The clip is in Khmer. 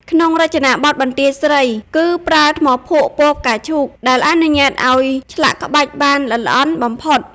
ក្នុងរចនាបថបន្ទាយស្រី គឺប្រើថ្មភក់ពណ៌ផ្កាឈូកដែលអនុញ្ញាតឱ្យឆ្លាក់ក្បាច់បានល្អិតល្អន់បំផុត។